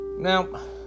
Now